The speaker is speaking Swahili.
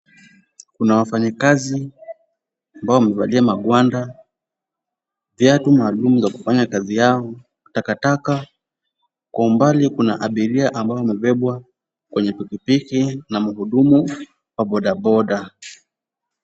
Kuna wafanyakazi ambao wamevalia magwanda, viatu maalum za kufanya kazi yao, takataka. Kwa umbali kuna abiria ambao wamebeba kwa pikipiki na mhudumu wa bodaboda.